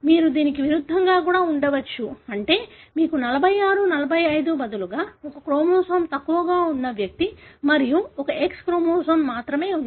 మీరు దీనికి విరుద్ధంగా కూడా ఉండవచ్చు అంటే మీకు 46 45 కి బదులుగా ఒక క్రోమోజోమ్ తక్కువగా ఉన్న వ్యక్తి మరియు ఒక X క్రోమోజోమ్ మాత్రమే ఉంది